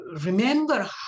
remember